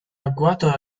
agguato